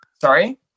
sorry